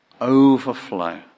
overflow